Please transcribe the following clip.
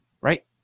right